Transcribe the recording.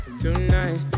tonight